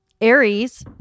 Aries